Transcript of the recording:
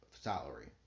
salary